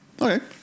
Okay